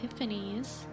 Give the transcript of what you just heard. epiphanies